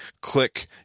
click